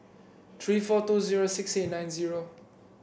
three four two zero six eight nine zero